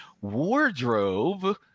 Wardrobe